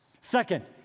Second